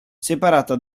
separata